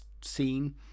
scene